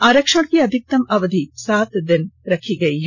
आरक्षण की अधिकतम अवधि सात दिन रखी गयी है